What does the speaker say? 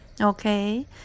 Okay